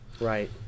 right